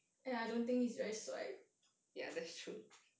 and I don't think he is very 帅